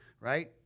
Right